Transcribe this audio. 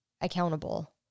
accountable